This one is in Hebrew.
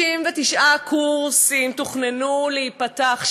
69 קורסים תוכננו להיפתח,